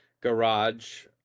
Garage